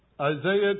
Isaiah